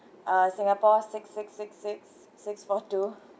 uh singapore six six six six six four two